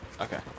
Okay